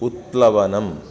उत्प्लवनम्